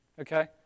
Okay